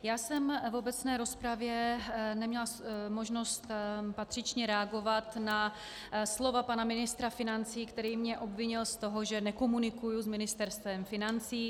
Já jsem v obecné rozpravě neměla možnost patřičně reagovat na slova pana ministra financí, který mě obvinil z toho, že nekomunikuji s Ministerstvem financí.